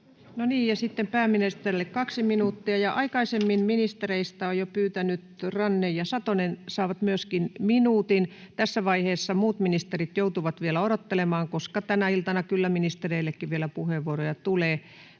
sitten pääministerille kaksi minuuttia, ja ministereistä jo aikaisemmin pyytäneet Ranne ja Satonen saavat myöskin minuutin. Tässä vaiheessa muut ministerit joutuvat vielä odottelemaan, koska tänä iltana kyllä ministereillekin vielä puheenvuoroja tulee.